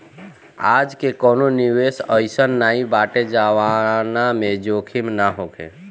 आजके कवनो निवेश अइसन नाइ बाटे जवना में जोखिम ना होखे